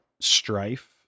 strife